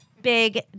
Big